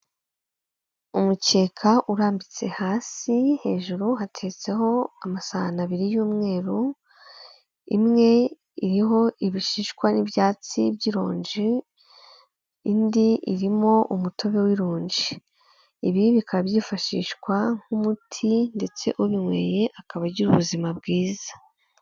Umukeka urambitse hasi, hejuru hateretseho amasahani abiri y'umweru, imwe iriho ibishishwa n'ibyatsi by'ironje, indi irimo umutobe w'ironji, ibi bikaba byifashishwa nk'umuti, ndetse ubinyweye akaba agira ubuzima bwiza.